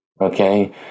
okay